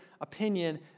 opinion